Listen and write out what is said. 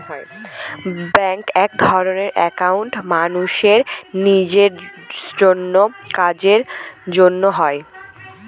ব্যাঙ্কে একধরনের একাউন্ট মানুষের নিজেস্ব কাজের জন্য হয়